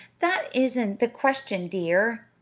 that isn't the question, dear,